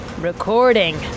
Recording